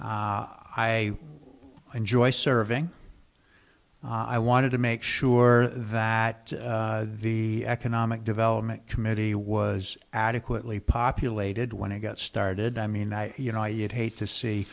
here i enjoy serving i wanted to make sure that the economic development committee was adequately populated when it got started i mean you know you'd hate to see